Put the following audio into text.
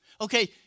Okay